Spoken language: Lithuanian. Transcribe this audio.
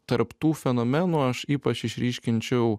tarp tų fenomenų aš ypač išryškinčiau